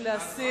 ועדה.